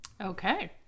Okay